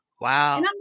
Wow